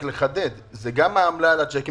רק לחדד: זה גם העמלה על הצ'קים,